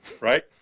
right